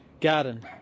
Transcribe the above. garden